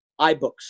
iBooks